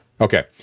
Okay